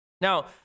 Now